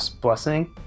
blessing